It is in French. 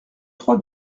trois